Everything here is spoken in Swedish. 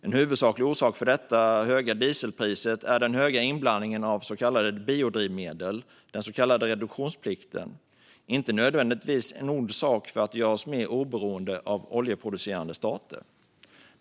En huvudsaklig orsak till det höga dieselpriset är den höga inblandningen av biodrivmedel, den så kallade reduktionsplikten. Det är inte nödvändigtvis en ond sak att göra oss mer oberoende av oljeproducerande stater.